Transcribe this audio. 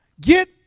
get